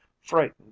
frightened